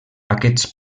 aquests